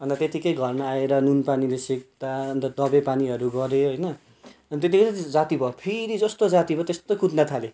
अन्त त्यत्तिकै घरमा आएर नुनपानीले सेक्दा अन्त दबाईपानीहरू गरेँ होइन अन्त त्यत्तिकै जाती भयो फेरि जस्तो जाती भयो त्यस्तै कुद्न थालेँ